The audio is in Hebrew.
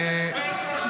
וזה הבסיס שלהם.